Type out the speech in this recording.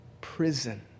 prison